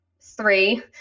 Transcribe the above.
three